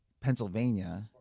Pennsylvania